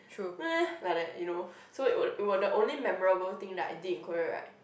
like that you know so it were we were the only memorable thing I did in Korea right